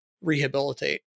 rehabilitate